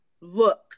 look